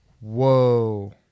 whoa